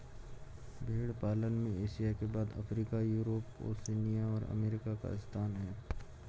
भेंड़ पालन में एशिया के बाद अफ्रीका, यूरोप, ओशिनिया और अमेरिका का स्थान है